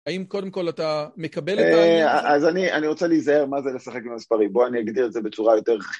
האם קודם כל אתה מקבל את העניינים? אז אני רוצה להיזהר מה זה לשחק עם הספרים, בוא, אני אגדיר את זה בצורה יותר...